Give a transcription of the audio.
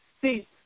See